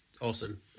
awesome